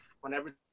whenever